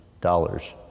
dollars